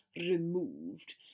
removed